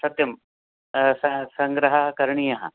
सत्यं सः सङ्ग्रहः करणीयः